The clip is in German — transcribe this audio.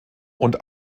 und